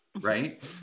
right